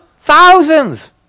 Thousands